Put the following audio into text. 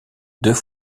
deux